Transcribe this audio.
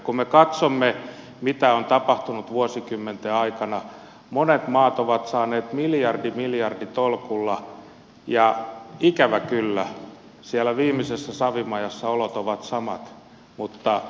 kun me katsomme mitä on tapahtunut vuosikymmenten aikana monet maat ovat saaneet miljardi miljarditolkulla ja ikävä kyllä siellä viimeisessä savimajassa olot ovat samat mutta eliitti juhlii